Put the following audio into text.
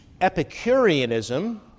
Epicureanism